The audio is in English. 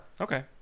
Okay